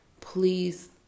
Please